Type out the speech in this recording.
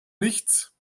nichts